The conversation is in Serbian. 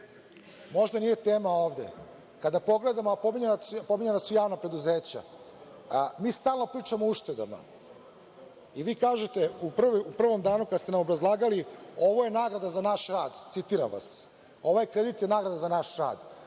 možda nije tema ovde, kada pogledamo, a pominjana su javna preduzeća, mi stalno pričamo o uštedama i vi kažete u prvom danu kada ste nam obrazlagali, ovo je nagrada za naš rad, citiram vas – ovaj kredit je nagrada za naš rad,